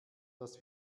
dass